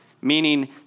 meaning